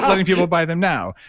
letting people buy them now,